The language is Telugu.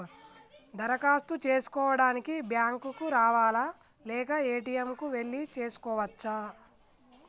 దరఖాస్తు చేసుకోవడానికి బ్యాంక్ కు రావాలా లేక ఏ.టి.ఎమ్ కు వెళ్లి చేసుకోవచ్చా?